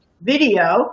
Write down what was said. video